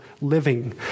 living